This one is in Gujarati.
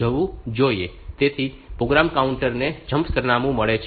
તેથી પ્રોગ્રામ કાઉન્ટર ને જમ્પ સરનામું મળે છે